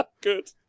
Good